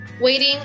waiting